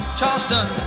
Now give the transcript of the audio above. Charleston